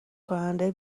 کننده